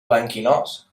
blanquinós